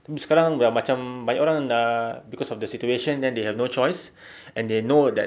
tapi sekarang dah macam banyak orang nak cause of the situation then they have no choice and they know that